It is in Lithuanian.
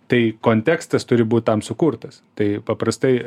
tai kontekstas turi būt tam sukurtas tai paprastai